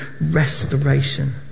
restoration